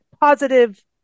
positive